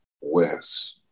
West